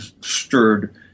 stirred